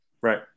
right